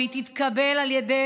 והיא תתקבל על ידי